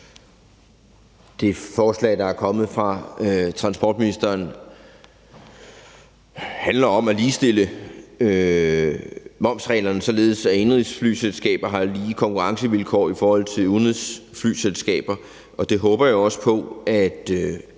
Det forslag, der er kommet fra transportministeren, handler om at ligestille momsreglerne, således at indenrigsflyselskaber har lige konkurrencevilkår med udenrigsflyselskaber, og det håber jeg også på at